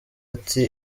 ati